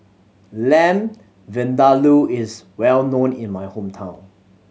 Lamb Vindaloo is well known in my hometown